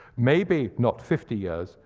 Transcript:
maybe not fifty years,